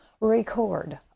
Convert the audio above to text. record